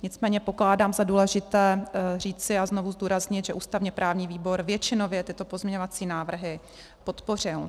Nicméně pokládám za důležité říci a znovu zdůraznit, že ústavněprávní výbor většinově tyto pozměňovací návrhy podpořil.